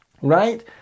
right